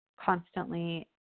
constantly